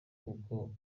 kuko